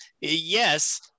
yes